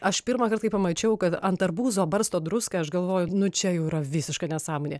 aš pirmą kart kai pamačiau kad ant arbūzo barsto druską aš galvoju nu čia jau yra visiška nesąmonė